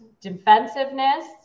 defensiveness